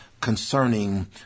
concerning